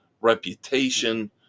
reputation